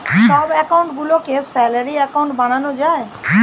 সব অ্যাকাউন্ট গুলিকে salary account বানানো যায়